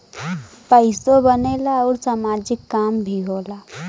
पइसो बनेला आउर सामाजिक काम भी होला